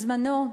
בזמנו,